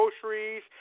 groceries